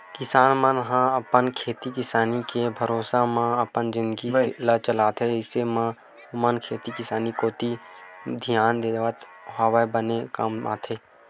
किसान मन ह तो अपन खेती किसानी के भरोसा ही अपन जिनगी ल चलाथे अइसन म ओमन खेती कोती बने धियान देवत होय बने कमाथे